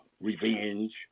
revenge